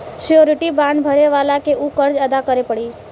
surety bond भरे वाला के ऊ कर्ज अदा करे पड़ी